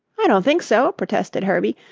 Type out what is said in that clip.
i don't think so, protested herbie.